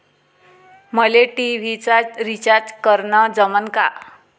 मले टी.व्ही चा रिचार्ज करन जमन का?